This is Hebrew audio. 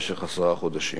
במשך עשרה חודשים,